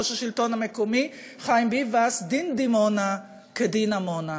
יושב-ראש מרכז השלטון המקומי חיים ביבס: דין דימונה כדין עמונה,